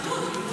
היא חתול.